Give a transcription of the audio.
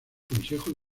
consejo